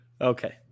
Okay